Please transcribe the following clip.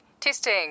Testing